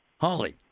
Holly